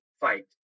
fight